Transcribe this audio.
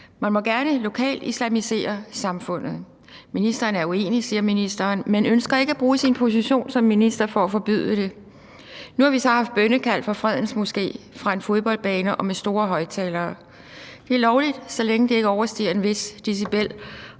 Man må gerne lokalt islamisere samfundet. Ministeren er uenig, siger ministeren, men ønsker ikke at bruge sin position som minister for at forbyde det. Nu har vi så haft bønnekald fra Fredens Moské fra en fodboldbane og med store højttalere. Det er lovligt, så længe det ikke overstiger en vis decibel